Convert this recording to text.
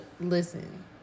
listen